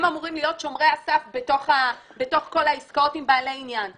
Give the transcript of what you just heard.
הם אמורים להיות שומרי הסף בתוך כל העסקאות עם בעלי עניין.